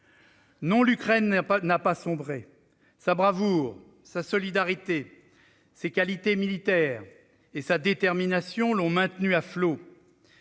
Non, l'Ukraine n'a pas sombré. Sa bravoure, sa solidarité, ses qualités militaires et sa détermination l'ont maintenue à flot.